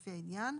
לפי העניין,",